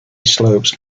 slopes